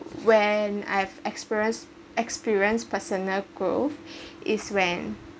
when I've experience experience personal growth is when